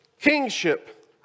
Kingship